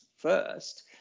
first